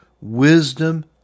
wisdom